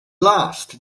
last